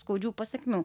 skaudžių pasekmių